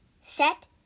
set